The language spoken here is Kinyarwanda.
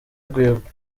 gusohoka